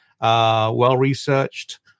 well-researched